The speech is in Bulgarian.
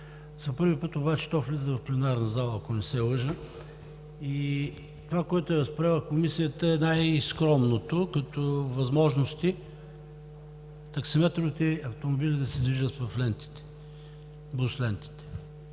първи път обаче то влиза в пленарната зала, ако не се лъжа. И това, което е възприела Комисията, е най-скромното като възможности – таксиметровите автомобили да се движат в бус лентите.